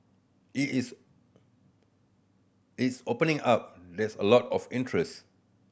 it is is opening up there's a lot of interest